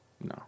No